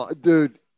dude